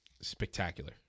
spectacular